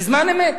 בזמן אמת?